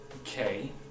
Okay